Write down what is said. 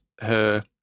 her-